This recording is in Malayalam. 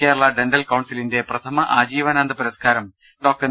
കേരള ഡന്റൽ കൌൺസിലിന്റെ പ്രഥമ ആജീവ നാന്ത പുരസ്കാരം ഡോക്ടർ എം